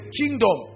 kingdom